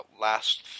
last